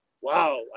wow